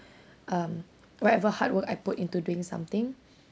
um whatever hard work I put into doing something